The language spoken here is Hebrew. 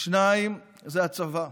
והשני זה הצבא,